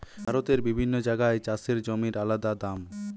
ভারতের বিভিন্ন জাগায় চাষের জমির আলদা দাম